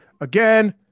again